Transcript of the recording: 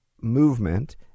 movement